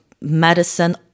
Medicine